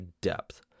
depth